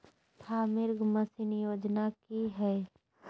Farming machine योजना कि हैय?